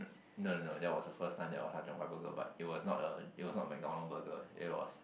no no no that was the first time there was Ha-Cheong-Gai burger but it was not a it was not MacDonald burger it was